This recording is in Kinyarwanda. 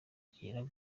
kira